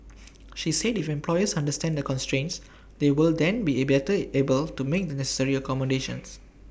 she said if employers understand the constraints they will then be at better able to make the necessary accommodations